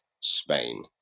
Spain